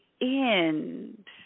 end